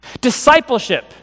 Discipleship